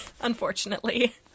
Unfortunately